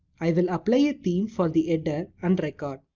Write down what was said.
i will apply a theme for the header and record.